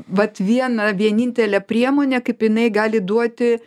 vat viena vienintelė priemonė kaip jinai gali duoti